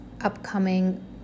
upcoming